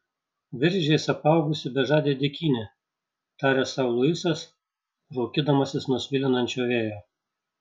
viržiais apaugusi bežadė dykynė tarė sau luisas raukydamasis nuo svilinančio vėjo